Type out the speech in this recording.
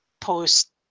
post